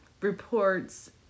reports